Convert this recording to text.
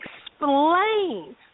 explain